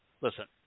listen